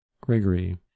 Gregory